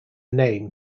name